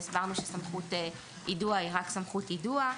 והסברנו שסמכות יידוע היא רק סמכות יידוע.